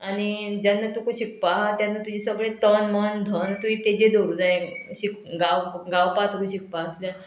आनी जेन्ना तुका शिकपा तेन्ना तुजी सगळें तन मन धन तु तेजेर दवर जाय गावपाक तुका शिकपाक किद्याक